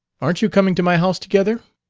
aren't you coming to my house together?